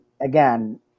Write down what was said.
again